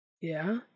Yeah